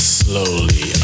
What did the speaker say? slowly